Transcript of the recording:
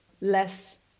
less